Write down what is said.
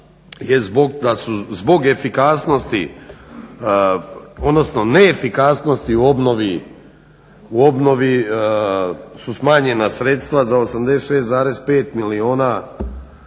odnosno neefikasnosti u obnovi su smanjena sredstva za 86,5 milijuna